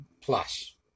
Plus